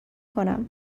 کنم